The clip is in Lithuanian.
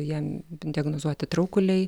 jam diagnozuoti traukuliai